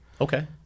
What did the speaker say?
Okay